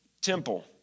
temple